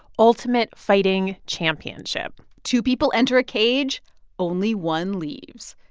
ultimate fighting championship two people enter a cage only one leaves.